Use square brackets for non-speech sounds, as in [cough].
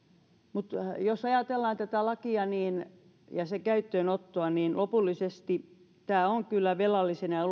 mutta jos ajatellaan tätä lakia ja sen käyttöönottoa niin lopullisesti tämä on kyllä velallisen ja [unintelligible]